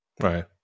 Right